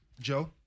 Joe